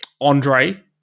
Andre